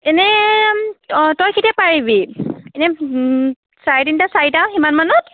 এনেই অঁ তই কেতিয়া পাৰিবি এনেই চাৰে তিনিটা চাৰিটা সিমানমানত